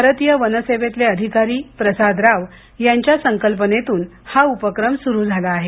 भारतीय वन सेवेतले अधिकारी प्रसाद राव यांच्या संकल्पनेतून हा उपक्रम सुरू झाला आहे